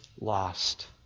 lost